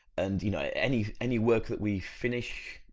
and you know any, any work that we finish,